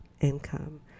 income